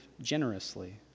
generously